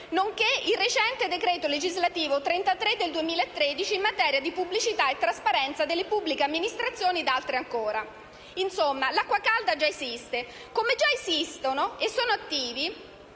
nonché il recente decreto legislativo n. 33 del 2013 in materia di pubblicità e trasparenza delle pubbliche amministrazioni, ed altre ancora. Insomma, l'acqua calda già esiste. Come già esistono e sono attivi